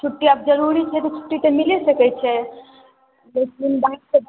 छुट्टी आब जरूरी छै छुट्टी तऽ मिले सकै छै लेकिन बात छै बच्चाके